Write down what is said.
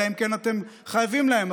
אלא אם כן אתם חייבים להם,